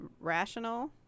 rational